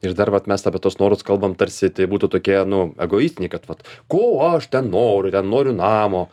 ir dar vat mes apie tuos norus kalbam tarsi tai būtų tokie nu egoistiniai kad vat ko aš ten noriu ten noriu namo